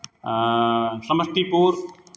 Samastipur